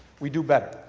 we do better.